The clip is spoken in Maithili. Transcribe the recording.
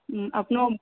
ओ अपनो